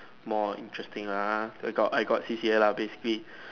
more interesting lah I got I got C_C_A lah basically